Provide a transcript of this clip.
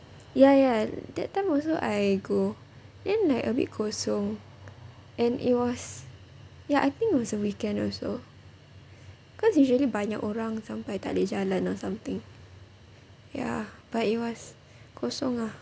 ya ya that time also I go then like a bit kosong and it was ya I think it was a weekend also cause usually banyak orang sampai tak boleh jalan or something ya but it was kosong ah